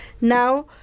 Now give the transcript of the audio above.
Now